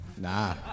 Nah